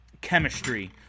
chemistry